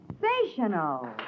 sensational